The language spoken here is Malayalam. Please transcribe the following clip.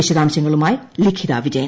വിശദാംശങ്ങളുമായി ലിഖിത വിജയൻ